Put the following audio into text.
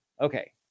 Okay